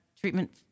treatment